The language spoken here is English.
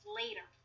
later